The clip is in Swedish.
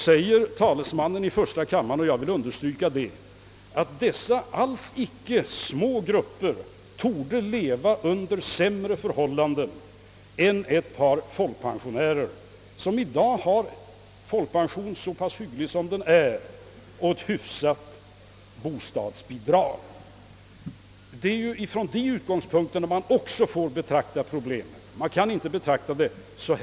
De alls inte små grupper som har dessa låga inkomster torde leva under sämre förhållanden än ett par folkpensionärer som i dag har en ganska hygglig folkpension och ett hyfsat bostadsbidrag. Det är ur dessa synpunkter man också måste betrakta problemet. Man kan inte betrakta det ensidigt.